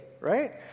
Right